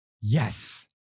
Yes